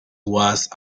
was